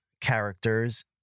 characters